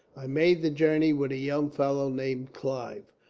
i made the journey with a young fellow named clive,